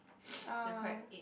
ya correct eight